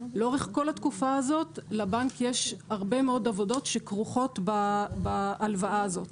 לאורך כל התקופה הזאת לבנק יש הרבה מאוד עבודות שכרוכות בהלוואה הזאת.